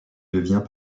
devient